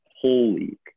Holy